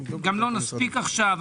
גם לא נספיק עכשיו,